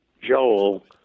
Joel